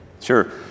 Sure